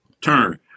Turn